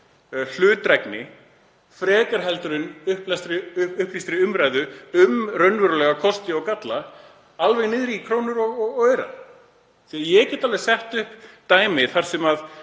hlutdrægni, frekar en upplýstri umræðu um raunverulega kosti og galla, alveg niður í krónur og aura? Ég get alveg sett upp dæmi þar sem